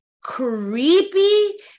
creepy